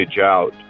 out